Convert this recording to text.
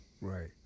Right